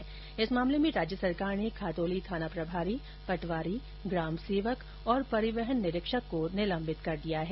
वहीं इस मामले में राज्य सरकार ने खातौली थानाप्रभारी पटवारी ग्राम सेवक और परिवहन निरीक्षक को निलंबित कर दिया है